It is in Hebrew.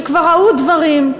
שכבר ראו דברים,